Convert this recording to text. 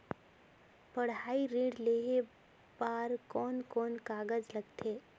पढ़ाई ऋण लेहे बार कोन कोन कागज लगथे?